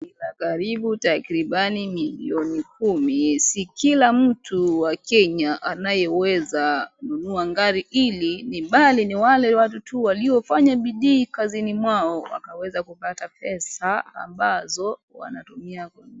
Inagharimu takribani milioni kumi. Si kila mtu wa Kenya anayeweza kununua gari ili ni bali ni wale watu tu waliofanya bidii kazini mwao wakaweza kupata pesa ambazo wanatumia kununua.